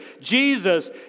Jesus